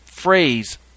Phrase